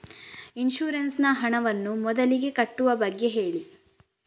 insurance ನ ಹಣವನ್ನು ಮೊದಲಿಗೆ ಕಟ್ಟುವ ಬಗ್ಗೆ ಹೇಳಿ